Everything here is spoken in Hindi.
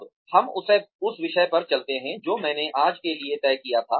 अब हम उस विषय पर चलते हैं जो मैंने आज के लिए तय किया था